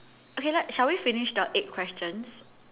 okay like shall we finish the eight questions